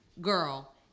Girl